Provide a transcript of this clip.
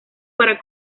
para